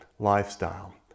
lifestyle